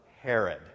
Herod